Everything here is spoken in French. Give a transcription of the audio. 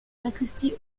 sacristie